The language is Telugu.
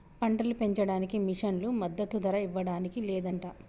పంటలు పెంచడానికి మిషన్లు మద్దదు ధర ఇవ్వడానికి లేదంట